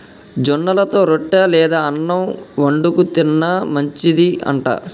జొన్నలతో రొట్టె లేదా అన్నం వండుకు తిన్న మంచిది అంట